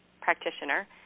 practitioner